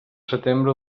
setembre